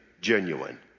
genuine